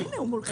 הינה הוא, מולך.